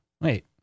Wait